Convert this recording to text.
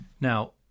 Now